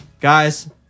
Guys